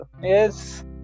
yes